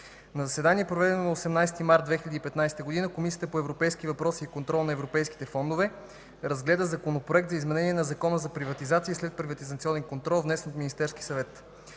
На заседание, проведено на 18 март 2015 г., Комисията по европейските въпроси и контрол на европейските фондове разгледа Законопроекта за изменение на Закона за приватизация и следприватизационен контрол, внесен от Министерски съвет.